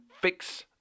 fix